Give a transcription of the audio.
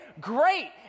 Great